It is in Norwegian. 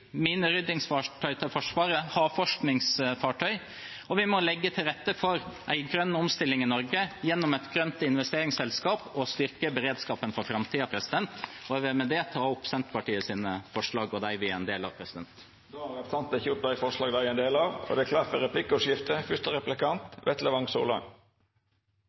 til Forsvaret og havforskningsfartøy. Og vi må legge til rette for en grønn omstilling i Norge, gjennom et grønt investeringsselskap, og styrke beredskapen for framtiden. Med det tar jeg opp Senterpartiets forslag og de forslagene vi er en del av. Representanten Sigbjørn Gjelsvik har teke opp dei forslaga han viste til. Det vert replikkordskifte. Aller først må jeg si gratulerer med dagen! 100 år er jo ikke så verst. Det er